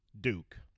Duke